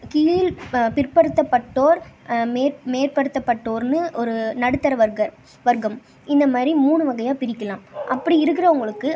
கீழ் பிற்படுத்தப்பட்டோர் மேற்படுத்தப்பட்டோர்னு ஒரு நடுத்தர வர்க்கம் வர்க்கம் இந்த மாதிரி மூணு வகையாக பிரிக்கலாம் அப்படி இருக்கிறவங்களுக்கு